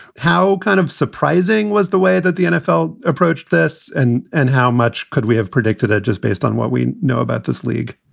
how kind of surprising was the way that the nfl approached this and and how much could we have predicted just based on what we know about this league?